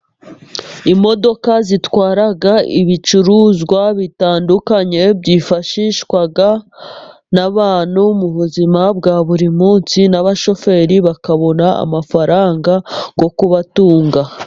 Imodoka zitwara ibicuruzwa bitandukanye, byifashishwa n'abantu mu buzima bwa buri munsi n'abashoferi bakabona amafaranga yo kubatunga.